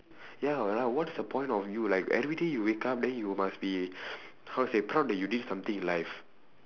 ya lah what's the point of you like everyday you wake up then you must be how to say proud that you did something in life